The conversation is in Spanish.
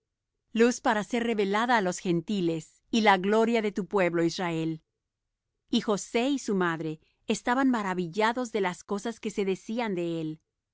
luz para ser revelada á los gentiles y la gloria de tu pueblo israel y josé y su madre estaban maravillados de las cosas que se decían de él